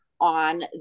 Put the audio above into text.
on